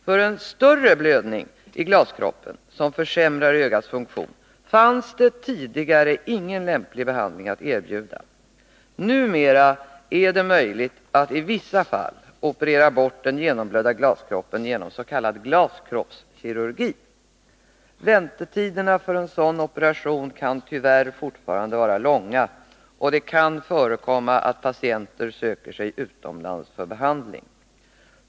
För en större blödning i glaskroppen, som försämrar ögats funktion, fanns det tidigare ingen lämplig behandling att erbjuda. Numera är det möjligt att i vissa fall operera bort den genomblödda glaskroppen genom s.k. glaskroppskirurgi. Väntetiderna för en sådan operation kan tyvärr fortfarande vara långa. Det kan förekomma att patienter söker sig utomlands för behandling.